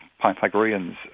Pythagoreans